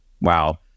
Wow